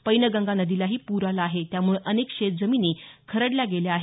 पैनगंगा नदीलाही पूर आला आहे त्यामुळं अनेक शेतजमीनी खरडल्या गेल्या आहेत